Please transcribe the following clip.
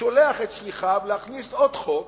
שולח את שליחיו להכניס עוד חוק